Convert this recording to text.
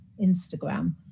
Instagram